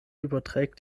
überträgt